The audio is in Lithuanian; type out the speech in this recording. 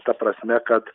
ta prasme kad